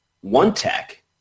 one-tech